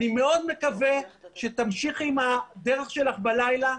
אני מאוד מקווה שתמשיכי עם הדרך שלך בלילה,